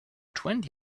twenty